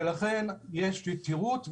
ולכן יש יתירות ובטיחות,